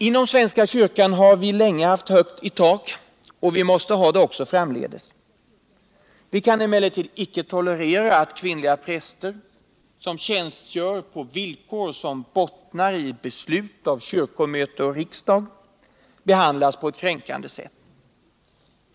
Inom svenska kyrkan har vi länge haft högt i tak, och vi måste ha det också framledes. Vi kan emellertid inte tolerera att kvinnliga präster, som tjänstgör på villkor som bottnar i beslut av kyrkomöte och riksdag, behandlas på ett kränkande sätt.